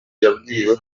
yabwiwe